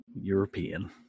european